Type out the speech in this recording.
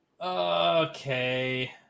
Okay